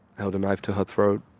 had a knife to her throat,